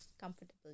comfortable